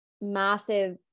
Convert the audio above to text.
massive